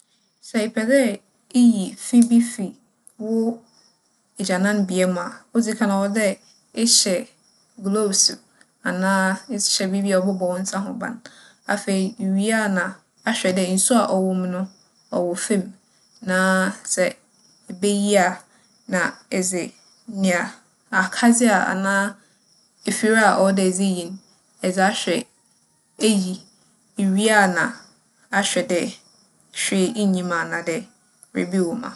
Sɛ epɛ dɛ iyi fi bi fi w'egyananbea mu a, odzi kan, ͻwͻ dɛ ehyɛ 'glooves' anaa ehyɛ biribi a ͻbͻbͻ wo nsa ho ban. Afei, iwie a na ahwɛ dɛ nsu a ͻwͻ mu no, ͻwͻ famu. Na sɛ ibeyi a na edze nea akadze a anaa efir a ͻwͻ dɛ edze yi edze ahwɛ eyi. Ewie a na ahwɛ dɛ hwee nnyi mu anaadɛ biribi wͻ mu a.